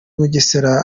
mugesera